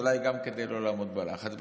אולי גם כדי לא לעמוד בלחץ,